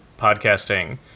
podcasting